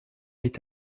est